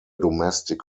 domestic